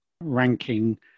ranking